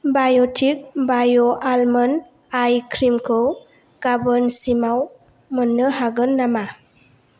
बाय'टिक बाय' almond ice क्रिमखौ गाबोनसिमाव मोन्नो हागोन नामा